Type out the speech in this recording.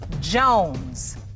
Jones